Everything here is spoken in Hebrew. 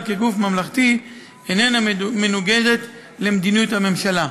כגוף ממלכתי איננה מנוגדת למדיניות הממשלה.